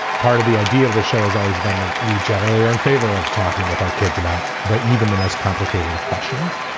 part of the idea of the show has always been that we generally are in favor of talking with our kids about the even the most complicated of questions.